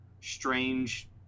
strange